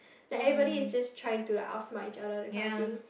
like everybody is just trying to like outsmart each other that kind of thing